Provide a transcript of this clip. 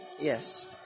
Yes